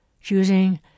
choosing